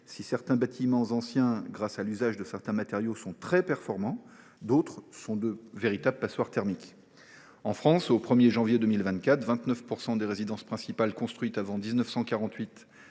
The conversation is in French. si certains bâtiments anciens, grâce à l’usage de matériaux particuliers, sont très performants, d’autres sont de véritables passoires thermiques. Ainsi, en France, au 1 janvier 2024, quelque 29 % des résidences principales construites avant 1948